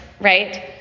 right